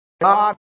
God